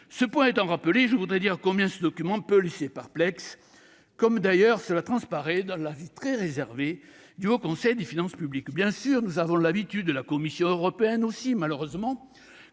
Ce point étant rappelé, je tiens à dire combien ce document peut laisser perplexe, comme d'ailleurs cela transparaît dans l'avis très réservé du Haut Conseil des finances publiques. Bien sûr, nous avons l'habitude, comme la Commission européenne malheureusement,